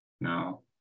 No